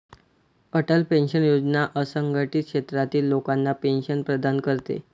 Atal pension योजना असंघटित क्षेत्रातील लोकांना पेन्शन प्रदान करते